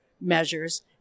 measures